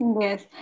Yes